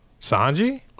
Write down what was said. Sanji